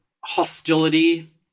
hostility